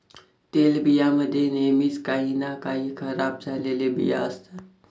तेलबियां मध्ये नेहमीच काही ना काही खराब झालेले बिया असतात